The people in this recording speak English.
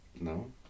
No